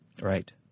Right